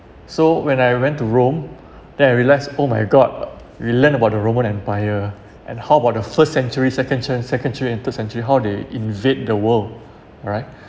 so when I went to rome then I realised oh my god we learnt about the roman empire and how about the first century second chance secretary and third century how they invade the world alright